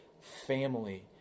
family